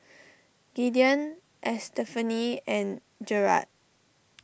Gideon Estefany and Gerard